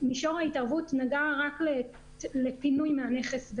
מישור ההתערבות נגע רק לפינוי מהנכס,